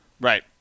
Right